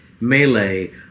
melee